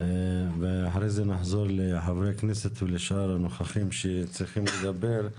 ואחר כך נחזור לחברי כנסת ולשאר הנוכחים שצריכים לדבר.